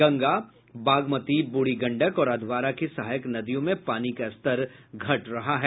गंगा बागमती ब्रढ़ी गंडक और अध्वारा की सहायक नदियों में पानी का स्तर घट रहा है